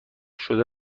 شده